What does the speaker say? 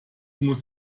muss